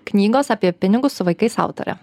knygos apie pinigus su vaikais autore